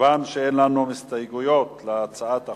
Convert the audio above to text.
כיוון שאין לנו הסתייגויות להצעת החוק,